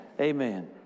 Amen